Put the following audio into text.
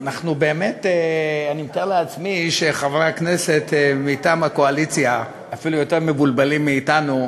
אני מתאר לעצמי שחברי הכנסת מטעם הקואליציה אפילו יותר מבולבלים מאתנו,